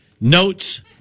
notes